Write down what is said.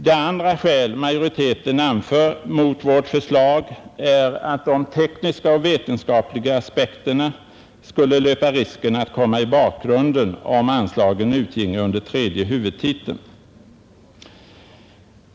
Det andra skäl som majoriteten anför mot vårt förslag är att de tekniska och vetenskapliga aspekterna skulle löpa risken att komma i bakgrunden om anslagen utginge under tredje huvudtiteln.